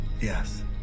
Yes